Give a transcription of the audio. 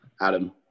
Adam